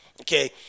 Okay